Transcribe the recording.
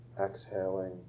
exhaling